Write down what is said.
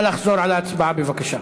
בבקשה.